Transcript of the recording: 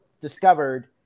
discovered